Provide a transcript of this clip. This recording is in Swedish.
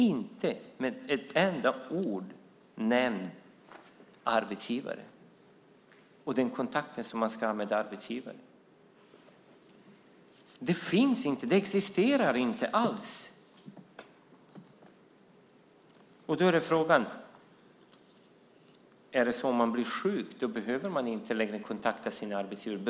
Inte med ett enda ord nämns arbetsgivare och den kontakt som man som handläggare ska ha med arbetsgivaren. Detta existerar inte alls. Då är frågan: Är det så att om man blir sjuk så behöver man inte längre kontakt med sin arbetsgivare?